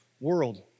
world